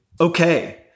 Okay